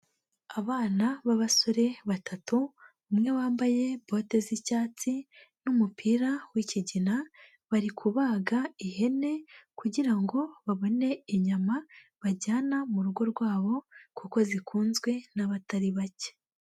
Abana b'abasore batatu, umwe wambaye bote z'icyatsi n'umupira wikigina, bari kubaga ihene kugira babone inyama bajyana mu rugo rwabo kuko zikunzwe n'abatari bake.